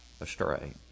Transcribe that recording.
astray